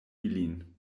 ilin